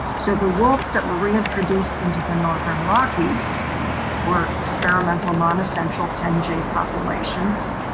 so the wolves that were reintroduced into the northern rockies were experimental, non essential ten j populations.